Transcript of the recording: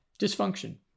dysfunction